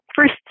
first